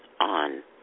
on